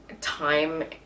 time